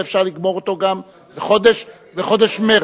ואפשר לגמור אותו גם בחודש מרס.